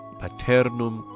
paternum